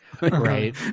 right